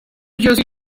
jersey